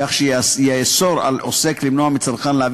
כך שיאסור על עוסק למנוע מצרכן להביא